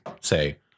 say